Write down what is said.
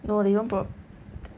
no they don't prov~